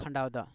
ᱠᱷᱟᱰᱟᱣᱫᱟ